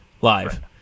live